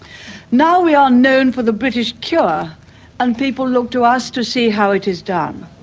now we are known for the british cure and people look to us to see how it is done.